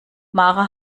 mara